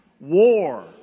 war